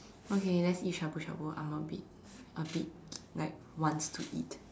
okay let's eat shabu-shabu I'm a bit a bit like wants to eat